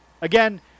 Again